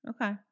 Okay